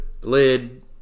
lid